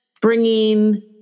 bringing